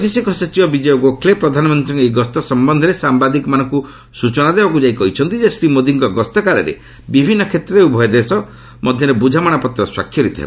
ବୈଦେଶିକ ସଚିବ ବିଜୟ ଗୋଖ୍ଲେ ପ୍ରଧାନମନ୍ତ୍ରୀଙ୍କ ଏହି ଗସ୍ତ ସମ୍ଭନ୍ଧରେ ସାମ୍ବାଦିକମାନଙ୍କୁ ସୂଚନା ଦେବାକୁ ଯାଇ କହିଛନ୍ତି ଶ୍ରୀ ମୋଦିଙ୍କ ଗସ୍ତକାଳରେ ବିଭିନ୍ନ କ୍ଷେତ୍ରରେ ଉଭୟ ଦେଶ ମଧ୍ୟରେ ବୁଝାମଣାପତ୍ର ସ୍ୱାକ୍ଷରିତ ହେବ